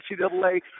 NCAA